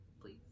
please